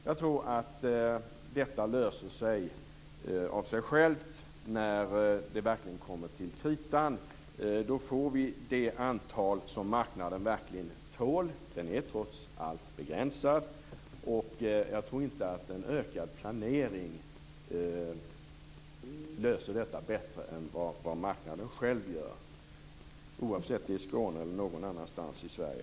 Jag tror att detta löser sig av sig självt när det kommer till kritan. Då får vi det antal stormarknader som marknaden tål - den är trots allt begränsad. Jag tror inte att en ökad planering löser detta bättre än marknaden själv, vare sig i Skåne eller någon annanstans i Sverige.